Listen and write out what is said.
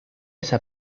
esa